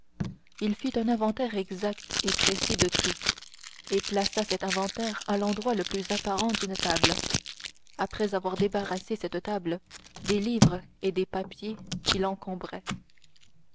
étagères fit un inventaire exact et précis de tout et plaça cet inventaire à l'endroit le plus apparent d'une table après avoir débarrassé cette table des livres et des papiers qui l'encombraient